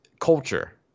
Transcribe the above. culture